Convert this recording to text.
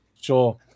sure